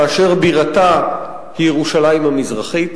אשר בירתה היא ירושלים המזרחית.